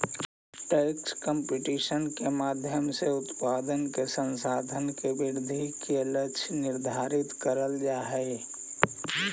tax competition के माध्यम से उत्पादन के संसाधन के वृद्धि के लक्ष्य निर्धारित करल जा हई